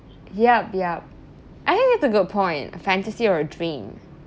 yup yup I think that's a good point a fantasy or a dream